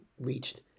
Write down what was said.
reached